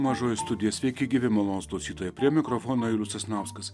mažoji studija sveiki gyvi malonūs klausytojai atsiduria prie mikrofono julius sasnauskas